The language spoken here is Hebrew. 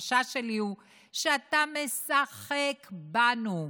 החשש שלי הוא שאתה משחק בנו,